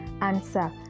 answer